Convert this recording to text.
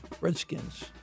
Redskins